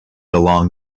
along